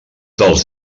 dels